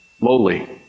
Lowly